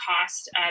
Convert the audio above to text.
cost